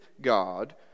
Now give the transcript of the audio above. God